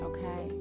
Okay